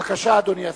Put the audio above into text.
בבקשה, אדוני השר.